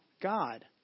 God